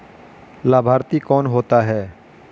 लाभार्थी कौन होता है?